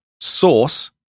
source